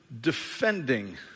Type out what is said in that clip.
defending